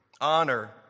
honor